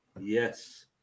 Yes